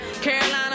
Carolina